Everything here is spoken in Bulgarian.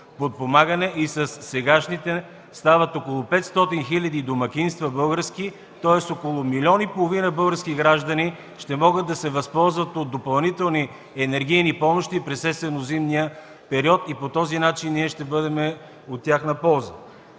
подпомагане и със сегашните стават около 500 хиляди български домакинства, тоест около милион и половина български граждани ще могат да се възползват от допълнителни енергийни помощи през есенно-зимния период и по този начин ние ще бъдем от тяхна полза.